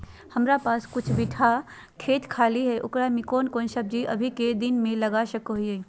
हमारा पास कुछ बिठा खेत खाली है ओकरा में कौन कौन सब्जी अभी के दिन में लगा सको हियय?